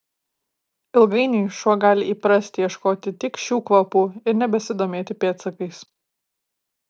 ilgainiui šuo gali įprasti ieškoti tik šių kvapų ir nebesidomėti pėdsakais